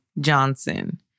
Johnson